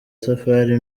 safari